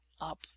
up